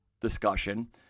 discussion